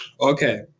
Okay